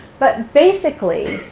but basically,